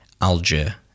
Alger